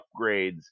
upgrades